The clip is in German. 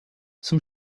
zum